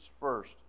first